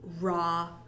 raw